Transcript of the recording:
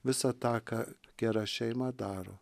visą tą ką gera šeima daro